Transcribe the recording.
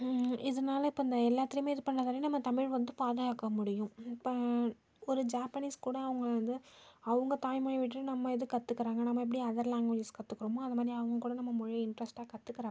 இதனால இப்ப இந்த எல்லாத்திலையுமே இது பண்ணதால் நம்ம தமிழ் வந்து பாதுகாக்க முடியும் இப்போ ஒரு ஜாப்பனீஸ் கூட அவங்க வந்து அவங்க தாய்மொழியை விட்டுட்டு நம்ம இது கத்துக்கிறாங்க நம்ம எப்படி அதர் லாங்குவேஜ் கத்துக்கிறோமோ அதுமாதிரி அவங்க கூட நம்ம மொழியை இன்ட்ரஸ்டாக கத்துக்கிறப்போ